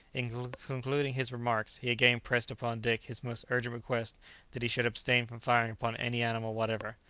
in concluding his remarks, he again pressed upon dick his most urgent request that he should abstain from firing upon any animal whatever.